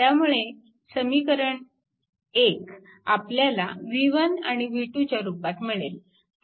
त्यामुळे हे समीकरण 1 आपल्याला v1 आणि v2 च्या रूपात मिळेल